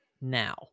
now